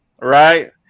right